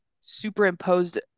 superimposed